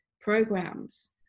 programs